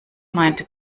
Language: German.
meinte